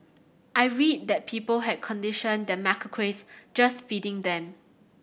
I read that people had conditioned the macaques just feeding them